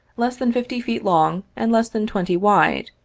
less than fifty feet long and less than twenty wide,